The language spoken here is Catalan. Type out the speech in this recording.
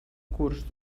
curs